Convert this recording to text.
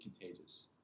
contagious